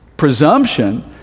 Presumption